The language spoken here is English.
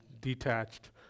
detached